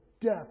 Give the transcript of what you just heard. death